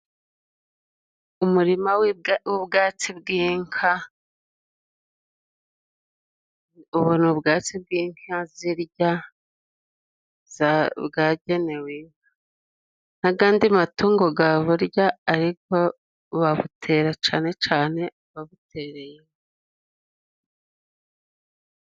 Umurima w'ubwatsi bw'inka, ubona ubwatsi bw'inka zirya bwagenewe n'agandi matungo ga burya ariko babutera cane cane ababutereyeho.